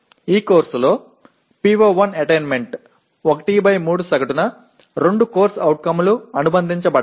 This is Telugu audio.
ఇప్పుడు ఈ కోర్సులో PO1 అటైన్మెంట్ 13 సగటున 2 CO లు అనుబంధించబడ్డాయి